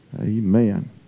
Amen